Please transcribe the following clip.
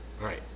Right